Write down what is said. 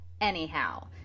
anyhow